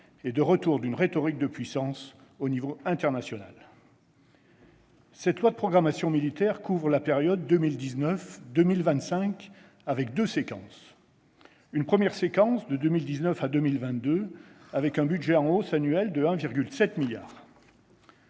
et de retour d'une rhétorique de puissance à l'échelon international. Cette loi de programmation militaire couvre la période 2019-2025, avec deux séquences : une première, de 2019 à 2022, avec un budget en hausse annuelle de 1,7 milliard